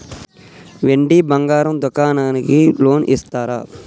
వెండి బంగారం దుకాణానికి లోన్ ఇస్తారా?